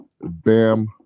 Bam